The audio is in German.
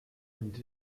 nimmt